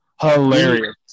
Hilarious